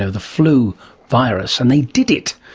ah the flu virus, and they did it,